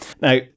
Now